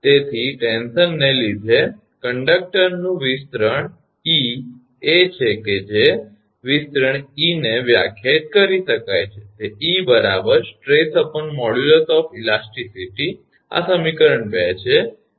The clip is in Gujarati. તેથી ખેંચાણને લીધે કંડકટરનું વિસ્તરણ 𝑒 એ છે કે વિસ્તરણ e ને વ્યાખ્યાયિત કરી શકાય છે તે 𝑒 𝑠𝑡𝑟𝑒𝑠𝑠 𝑚𝑜𝑑𝑢𝑙𝑢𝑠 𝑜𝑓 𝑒𝑙𝑎𝑠𝑡𝑖𝑐𝑖𝑡𝑦 આ સમીકરણ 2 છે